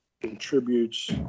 contributes